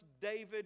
David